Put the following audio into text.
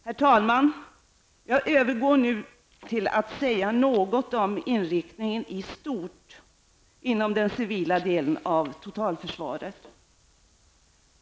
Herr talman! Jag övergår nu till att säga något om inriktningen i stort inom den civila delen av totalförsvaret.